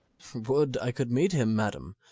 would i could meet him, madam!